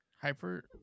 Hyper